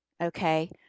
Okay